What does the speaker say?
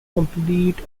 complete